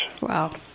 Wow